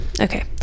Okay